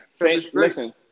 listen